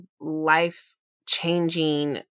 life-changing